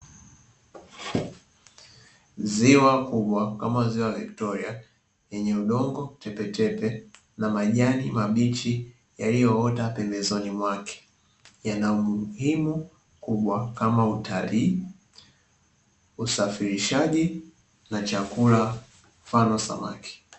Ziwa kubwa kama ziwa Viktoria lenye udongo tepetepe, na majani mabichi yaliyoota pembezoni mwake. Yana umuhimu mkubwa kama utalii, usafirishaji na chakula mfano samaki.